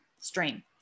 stream